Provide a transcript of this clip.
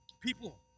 people